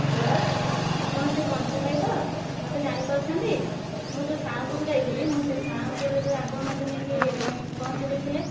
hello ଆପଣ ସେ ପଞ୍ଚୁ ଭାଇ ତ ମତେ ଜାଣି ପାରୁଛନ୍ତି ମୁଁ ଯୋଉ ସାଁ'ପୁର ଯାଇଥିଲି ସେ ସାଁ'ପୁରରେ ଯେଉଁ ଆପଣ ନେଇକି ପହଞ୍ଚାଇ ଦେଇଥିଲେ